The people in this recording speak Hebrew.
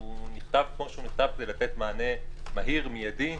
הוא נכתב כמו שהוא נכתב כדי לתת מענה מהיר, מיידי,